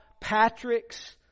Patrick's